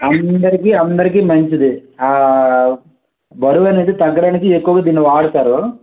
అందరికి అందరికి మంచిదే బరువు అనేది తగ్గడానికి ఎక్కువ దీన్ని వాడుతారు